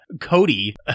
Cody